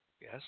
Yes